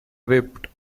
whipped